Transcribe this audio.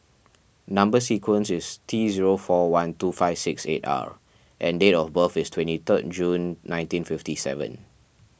Number Sequence is T zero four one two five six eight R and date of birth is twenty third June nineteen fifty seven